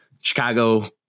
Chicago